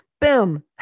Boom